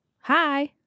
Hi